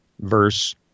verse